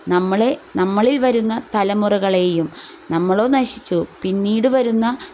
നമ്മളെ നമ്മളിൽ വരുന്ന തലമുറകളേയും നമ്മളോ നശിച്ചു പിന്നീട് വരുന്ന